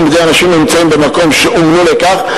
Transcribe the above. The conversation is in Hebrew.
בידי אנשים הנמצאים במקום שאומנו לכך,